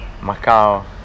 Macau